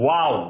Wow